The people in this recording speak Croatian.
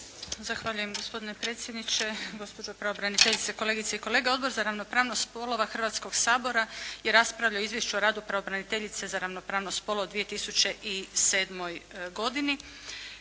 Zahvaljujem gospodine predsjedniče, gospođo pravobraniteljice, kolegice i kolege. Odbor za ravnopravnost spolova Hrvatskog sabora je raspravljao izvješće o radu pravobraniteljice za ravnopravnost spolova u 2007. godini